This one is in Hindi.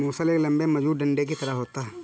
मूसल एक लम्बे मजबूत डंडे की तरह होता है